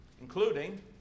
including